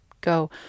go